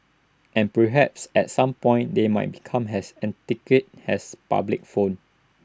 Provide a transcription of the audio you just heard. and perhaps at some point they might become as antiquated as public phone